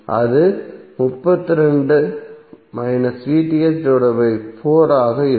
அது ஆக இருக்கும்